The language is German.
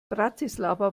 bratislava